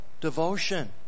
devotion